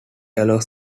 allows